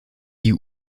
die